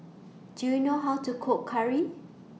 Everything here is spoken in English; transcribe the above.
Do YOU know How to Cook Curry